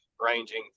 ranging